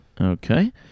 Okay